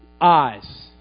Eyes